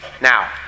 Now